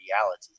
reality